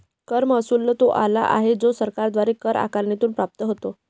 कर महसुल तो आला आहे जो सरकारद्वारे कर आकारणीतून प्राप्त होतो